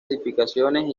edificaciones